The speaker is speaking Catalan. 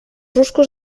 ruscos